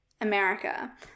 america